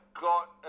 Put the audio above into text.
got